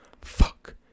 fuck